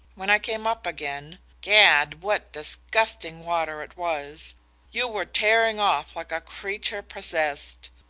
when i came up again gad, what disgusting water it was you were tearing off like a creature possessed.